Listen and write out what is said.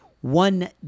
One